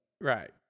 Right